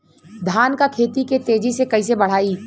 धान क खेती के तेजी से कइसे बढ़ाई?